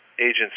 agents